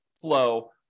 flow